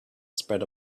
spread